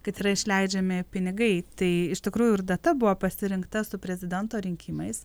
kad yra išleidžiami pinigai tai iš tikrųjų ir data buvo pasirinkta su prezidento rinkimais